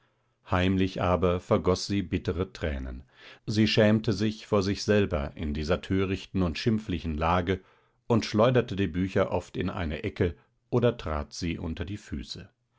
heimlich aber vergoß sie bittere tränen sie schämte sich vor sich selber in dieser törichten und schimpflichen lage und schleuderte die bücher oft in eine ecke oder trat sie unter die füße